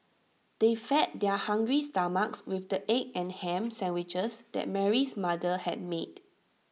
they fed their hungry stomachs with the egg and Ham Sandwiches that Mary's mother had made